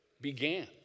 began